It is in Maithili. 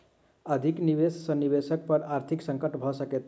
अधिक निवेश सॅ निवेशक पर आर्थिक संकट भ सकैत छै